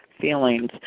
feelings